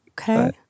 okay